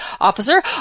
Officer